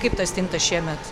kaip ta stinta šiemet